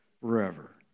forever